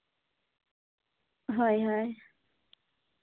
ᱦᱳᱭ ᱦᱳᱭ